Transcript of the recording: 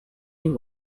you